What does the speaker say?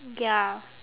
ya